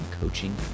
coaching